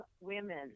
women